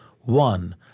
One